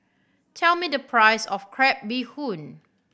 tell me the price of crab bee hoon